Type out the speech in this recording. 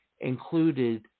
included